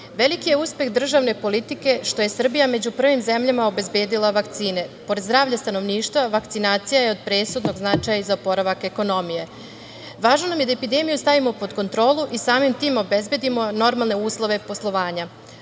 veliki je uspeh državne politike što je Srbija među prvim zemljama obezbedila vakcine. Pored zdravlja stanovništva vakcinacija je od presudnog značaja i za oporavak ekonomije. Važno nam je da epidemiju stavimo pod kontrolu i samim tim obezbedimo normalne uslove poslovanja.